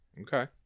Okay